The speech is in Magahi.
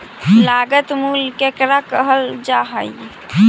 लागत मूल्य केकरा कहल जा हइ?